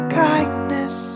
kindness